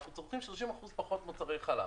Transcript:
אנחנו צורכים 30% פחות מוצרי חלב.